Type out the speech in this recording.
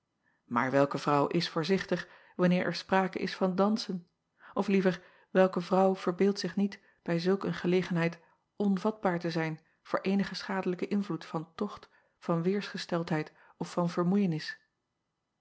aar welke vrouw is voorzichtig wanneer er sprake is van dansen of liever welke vrouw verbeeldt zich niet bij zulk een gelegenheid onvatbaar te zijn voor eenigen schadelijken invloed van tocht van weêrsgesteldheid of van vermoeienis